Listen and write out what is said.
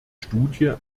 studie